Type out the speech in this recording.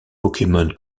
pokémon